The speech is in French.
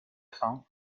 fin